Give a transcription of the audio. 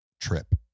trip